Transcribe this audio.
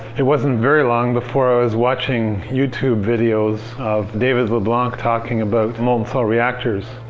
it wasn't very long before i was watching youtube videos of david leblanc talking about molten-salt reactors.